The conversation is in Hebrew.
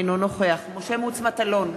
אינו נוכח משה מטלון,